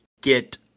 get